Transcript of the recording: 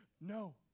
no